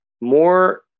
more